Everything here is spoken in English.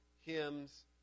hymns